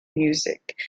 music